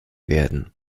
werden